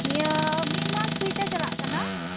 ᱱᱤᱭᱟᱹ ᱢᱤᱫ ᱢᱟᱥ ᱦᱩᱭᱛᱮ ᱪᱟᱞᱟᱜ ᱠᱟᱱᱟ